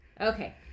Okay